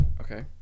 Okay